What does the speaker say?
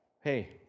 Hey